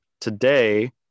Today